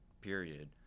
period